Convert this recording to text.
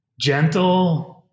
gentle